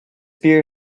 beer